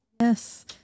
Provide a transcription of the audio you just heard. Yes